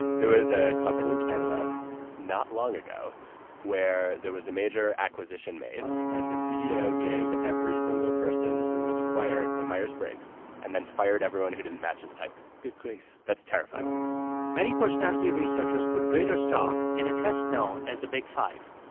there was a company in canada not long ago where there was a major acquisition made, and the ceo gave every single person who was acquired the myers-briggs and then fired everyone who didn't match his type good grief that's terrifying many personality researchers put greater stock in a test known as the big five.